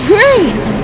Great